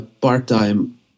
part-time